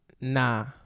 Nah